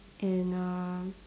and uh